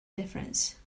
difference